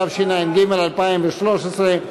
התשע"ג 2013,